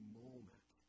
moment